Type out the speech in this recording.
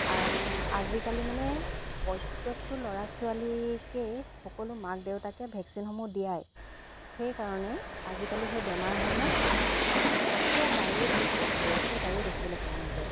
আজিকালি মানে প্ৰত্য়েকটো ল'ৰা ছোৱালীকেই সকলো মাক দেউতাকে ভেকচিনসমূহ দিয়াই সেইকাৰণে আজিকালি সেই বেমাৰসমূহ একেবাৰেই বুলি কব পাৰি একেবাৰেই দেখিবলৈ পোৱা নাযায়